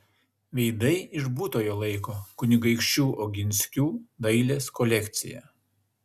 veidai iš būtojo laiko kunigaikščių oginskių dailės kolekcija